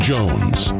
Jones